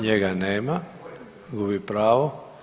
Njega nema, gubi pravo.